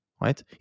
right